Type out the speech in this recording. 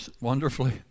Wonderfully